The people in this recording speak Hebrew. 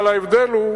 אבל ההבדל הוא